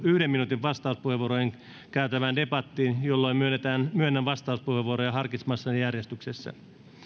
yhden minuutin vastauspuheenvuoroin käytävään debattiin jolloin myönnän myönnän vastauspuheenvuoroja harkitsemassani järjestyksessä